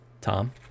Tom